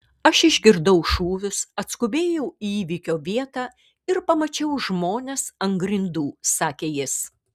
aš išgirdau šūvius atskubėjau į įvykio vietą ir pamačiau žmones ant grindų sakė jis